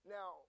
Now